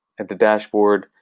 at the dashboard,